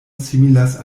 similas